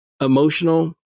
emotional